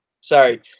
Sorry